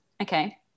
Okay